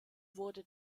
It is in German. wurde